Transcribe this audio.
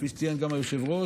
כפי שציין גם היושב-ראש,